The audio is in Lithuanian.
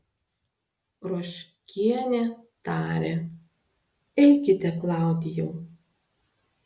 ruoškienė tarė eikite klaudijau